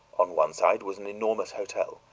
on one side was an enormous hotel,